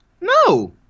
No